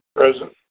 Present